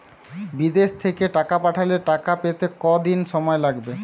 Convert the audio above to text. বিদেশ থেকে টাকা পাঠালে টাকা পেতে কদিন সময় লাগবে?